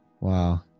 Wow